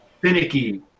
finicky